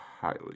highly